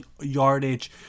yardage